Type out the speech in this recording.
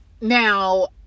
Now